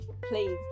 please